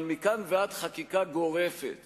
אבל מכאן ועד חקיקה גורפת